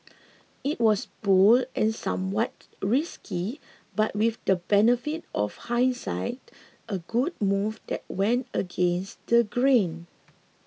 it was bold and somewhat risky but with the benefit of hindsight a good move that went against the grain